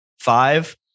five